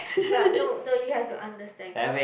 but no no you have to understand cause